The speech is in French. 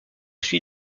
suit